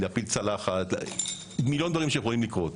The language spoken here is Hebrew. להפיל צלחת ועוד מיליון דברים שיכולים לקרות.